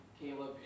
Caleb